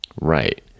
right